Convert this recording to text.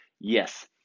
Yes